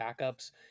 backups